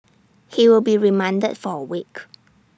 he will be remanded for A week